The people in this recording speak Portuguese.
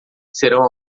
serão